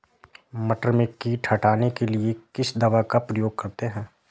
मटर में कीट हटाने के लिए किस दवा का प्रयोग करते हैं?